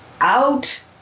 out